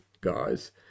guys